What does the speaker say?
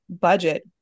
budget